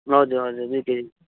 हजुर हजुर दुई केजी